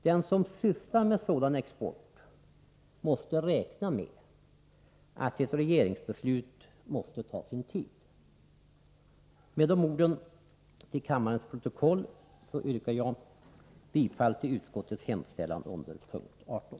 Den som sysslar med sådan export får räkna med att ett regeringsbeslut måste ta sin tid. Med de orden till kammarens protokoll yrkar jag bifall till utskottets hemställan under punkt 18.